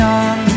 on